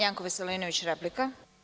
Janko Veselinović, replika.